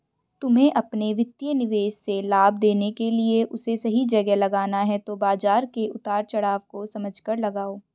तुम्हे अपने वित्तीय निवेश से लाभ लेने के लिए उसे सही जगह लगाना है तो बाज़ार के उतार चड़ाव को समझकर लगाओ